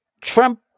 Trump